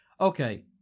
Okay